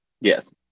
Yes